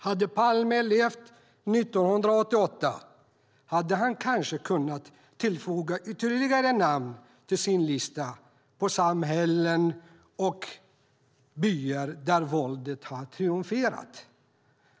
Hade Palme levt 1988 hade han kanske kunnat tillfoga ytterligare namn på sin lista över samhällen och byar där våldet har triumferat.